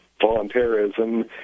voluntarism